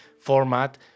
format